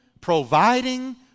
providing